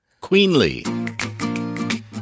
Queenly